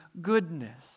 goodness